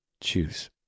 Choose